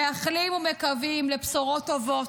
מייחלים ומקווים לבשורות טובות,